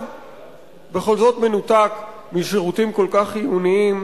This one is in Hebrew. בכל זאת מנותק משירותים כל כך חיוניים